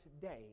today